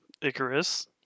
Icarus